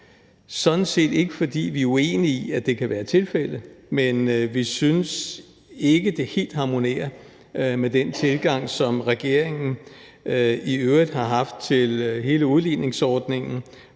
sådan set ikke, fordi vi er uenige i, at det kan være tilfældet, men vi synes ikke, det helt harmonerer med den tilgang, som regeringen i øvrigt har haft til hele udligningsordningen,